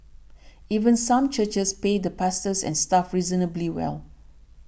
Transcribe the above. even some churches pay the pastors and staff reasonably well